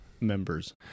members